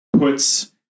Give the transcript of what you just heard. puts